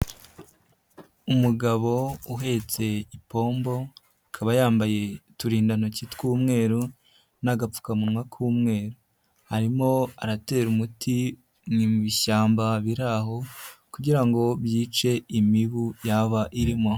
Umugabo uhetse ipombo akaba yambaye uturindantoki tw'umweru n'agapfukamunwa k'umweru, arimo aratera umuti mu ishyamba biraho kugira ngo byice imibu yaba irimo.